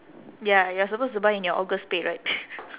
ya you are supposed to buy in your august pay right